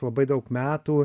labai daug metų